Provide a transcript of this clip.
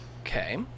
okay